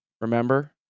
Remember